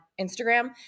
Instagram